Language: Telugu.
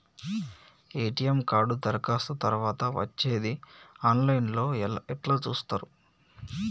ఎ.టి.ఎమ్ కార్డు దరఖాస్తు తరువాత వచ్చేది ఆన్ లైన్ లో ఎట్ల చూత్తరు?